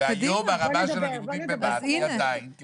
והיום הרמה של הלימודים במה"ט היא עדיין כמו שנות ה-70.